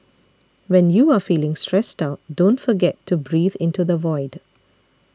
when you are feeling stressed out don't forget to breathe into the void